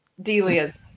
Delia's